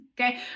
Okay